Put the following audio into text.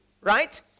right